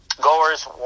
goers